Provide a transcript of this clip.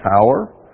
power